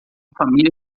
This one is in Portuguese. família